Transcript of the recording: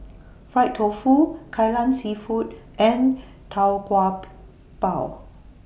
Fried Tofu Kai Lan Seafood and Tau Kwa Pau